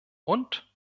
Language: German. und